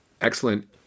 Excellent